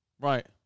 Right